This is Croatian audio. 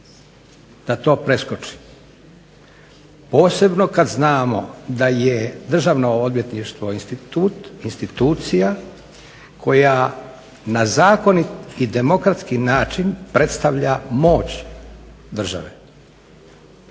da to preskoči. Posebno kad znamo da je državno odvjetništvo institucija koja na zakonit i demokratski način predstavlja moć države.